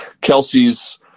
Kelsey's